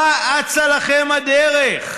מה אצה לכם הדרך?